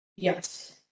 Yes